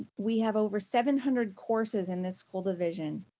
we have over seven hundred courses in this school division.